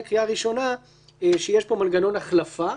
שיש פה מנגנון החלפה,